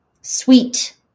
Sweet